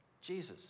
Jesus